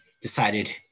decided